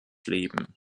leben